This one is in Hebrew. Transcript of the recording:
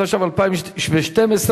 התשע"ב 2012,